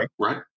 Right